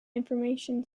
information